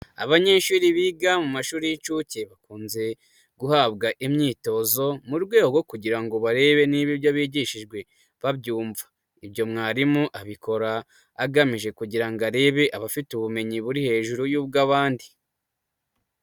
Abanyeshuri biga mu mashuri y'incuke bakunze guhabwa imyitozo mu rwego kugira ngo barebe niba ibyo bigishijwe babyumva. Ibyo mwarimu abikora agamije kugira ngo arebe abafite ubumenyi buri hejuru y'ubw'abandi.